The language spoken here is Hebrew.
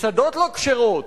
מסעדות לא-כשרות,